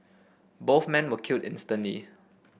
both men were killed instantly